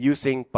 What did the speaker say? Using